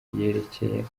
yerekeye